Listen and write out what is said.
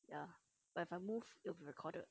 ya but if I move it will be recorded